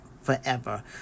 forever